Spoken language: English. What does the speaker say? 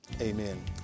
Amen